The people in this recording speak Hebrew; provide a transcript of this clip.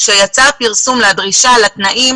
כשיצא הפרסום עם הדרישה לתנאים,